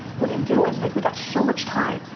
what are you doing, like we got so much time.